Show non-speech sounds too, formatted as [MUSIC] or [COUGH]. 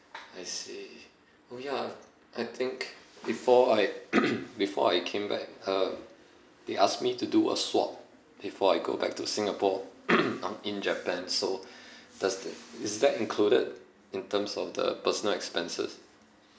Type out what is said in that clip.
I see oh ya I think before I [NOISE] before I came back um they asked me to do a swab before I go back to singapore [NOISE] in japan so does that is that included in terms of the personal expenses